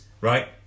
right